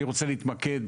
אני להתמקד,